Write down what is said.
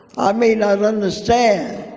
i may not understand.